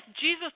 Jesus